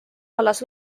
vallas